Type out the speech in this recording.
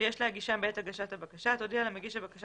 - שיש להגישם בעת הגשת הבקשה תודיע למגיש הבקשה